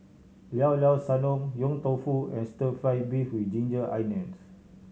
Llao Llao Sanum Yong Tau Foo and Stir Fry beef with ginger onions